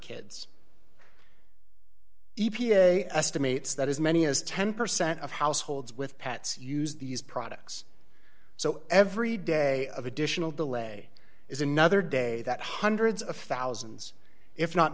a estimates that as many as ten percent of households with pets use these products so every day of additional delay is another day that hundreds of thousands if not